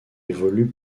évoluent